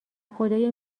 خدایا